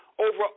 over